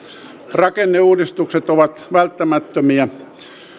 rakenneuudistukset ovat välttämättömiä